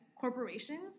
corporations